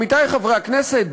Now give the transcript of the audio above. עמיתי חברי הכנסת,